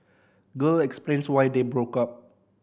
girl explains why they broke up